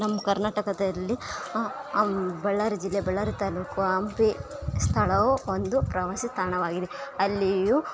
ನಮ್ಮ ಕರ್ನಾಟಕದಲ್ಲಿ ಬಳ್ಳಾರಿ ಜಿಲ್ಲೆ ಬಳ್ಳಾರಿ ತಾಲೂಕು ಹಂಪಿ ಸ್ಥಳವು ಒಂದು ಪ್ರವಾಸಿ ತಾಣವಾಗಿದೆ ಅಲ್ಲಿಯು